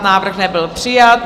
Návrh nebyl přijat.